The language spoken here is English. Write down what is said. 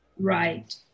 Right